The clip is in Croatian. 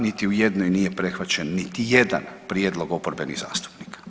Niti u jednoj nije prihvaćen niti jedan prijedlog oporbenih zastupnika.